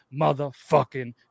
motherfucking